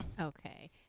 Okay